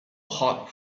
hot